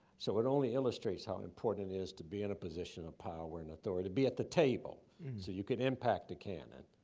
so it only illustrates how important it is, to be in a position of power and authority, to be at the table, so you can impact a cannon.